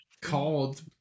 called